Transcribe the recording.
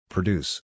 Produce